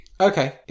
Okay